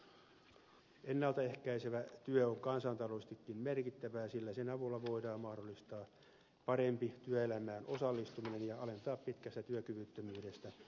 ennalta ehkäisevä työ on kansantaloudellisestikin merkittävää sillä sen avulla voidaan mahdollistaa parempi työelämään osallistuminen ja alentaa pitkästä työkyvyttömyydestä aiheutuvia kustannuksia